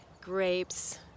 grapes